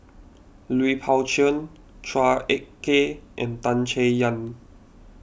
Lui Pao Chuen Chua Ek Kay and Tan Chay Yan